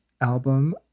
album